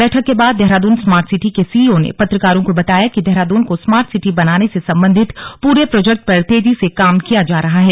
बैठक के बाद देहरादून स्मार्ट सिटी के सीईओ ने पत्रकारों को बताया कि देहरादून को स्मार्ट सिटी बनाने से संबंधित पूरे प्रोजेक्ट पर तेजी से काम किया जा रहा है